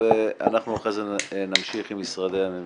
ואנחנו אחרי זה נמשיך עם משרדי הממשלה.